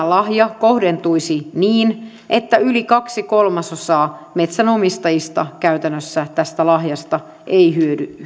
lahja kohdentuisi niin että yli kaksi kolmasosaa metsänomistajista käytännössä tästä lahjasta ei